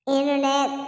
internet